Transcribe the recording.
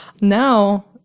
Now